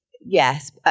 yes